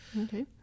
okay